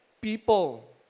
people